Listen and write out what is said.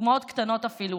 דוגמאות קטנות אפילו,